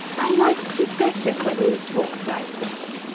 i like you better when you talk like that,